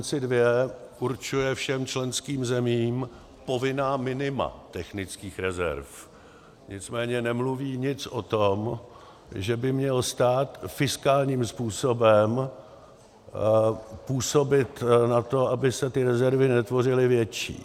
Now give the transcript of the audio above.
Solvency II určuje všem členským zemím povinná minima technických rezerv, nicméně nemluví nic o tom, že by měl stát fiskálním způsobem působit na to, aby se ty rezervy netvořily větší.